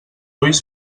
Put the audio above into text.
ulls